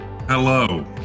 Hello